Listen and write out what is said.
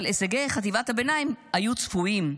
אבל הישגי חטיבת הביניים היו צפויים,